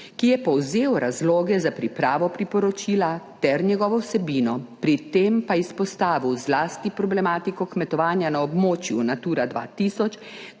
ki je povzel razloge za pripravo priporočila ter njegovo vsebino, pri tem pa izpostavil zlasti problematiko kmetovanja na območju Natura 2000